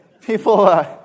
people